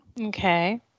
Okay